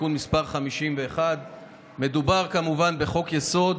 (תיקון מס' 51). מדובר כמובן בחוק-יסוד.